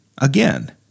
Again